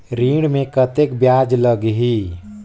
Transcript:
ऋण मे कतेक ब्याज लगही?